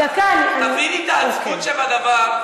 משפט: תביני את העצבות שבדבר,